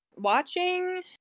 watching